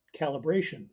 calibration